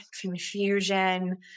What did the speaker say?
confusion